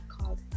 called